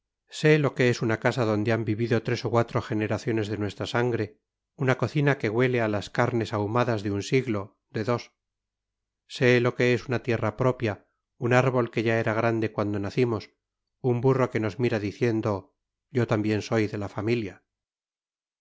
sé lo que es una casa donde han vivido tres o cuatro generaciones de nuestra sangre una cocina que huele a las carnes ahumadas de un siglo de dos sé lo que es una tierra propia un árbol que ya era grande cuando nacimos un burro que nos mira diciendo yo también soy de la familia